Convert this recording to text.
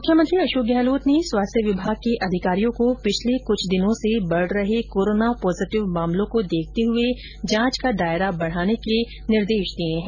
मुख्यमंत्री अशोक गहलोत ने स्वास्थ्य विभाग के अधिकारियों को पिछले कुछ दिनों से बढ़ रहे कोरोना पॉजिटिव मामलों को देखते हुए जांच का दायरा बढ़ाने के निर्देश दिए हैं